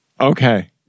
Okay